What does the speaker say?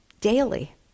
daily